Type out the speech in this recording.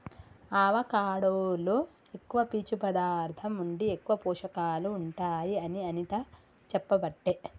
avocado లో ఎక్కువ పీచు పదార్ధం ఉండి ఎక్కువ పోషకాలు ఉంటాయి అని అనిత చెప్పబట్టే